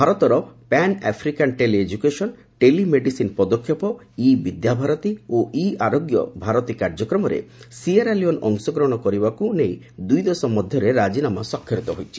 ଭାରତର pan African tele education tele medicine ପଦକ୍ଷେପ e Vidyabharati ଓ ଇ ଆରୋଗ୍ୟ ଭାରତୀ କାର୍ଯ୍ୟକ୍ମରେ ସିଏରା ଲିଓନ୍ ଅଂଶଗ୍ରହଣ କରିବାକୁ ନେଇ ଦୁଇଦେଶ ମଧ୍ୟରେ ରାଜିନାମା ସ୍ୱାକ୍ଷରିତ ହୋଇଛି